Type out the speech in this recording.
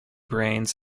brains